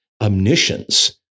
omniscience